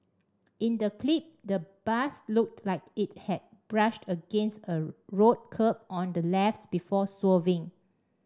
in the clip the bus looked like it had brushed against a road curb on the left before swerving